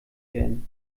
werden